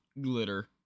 glitter